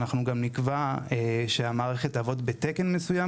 אנחנו גם נקבע שהמערכת תעבוד בתקן מסוים,